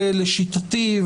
לשיטתי,